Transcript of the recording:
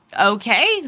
okay